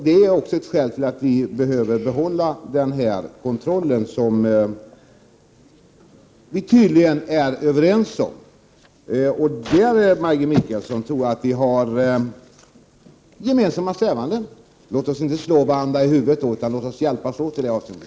Det är också ett skäl till att vi behöver den här kontrollen. Tydligen är vi överens i detta samman